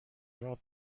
راه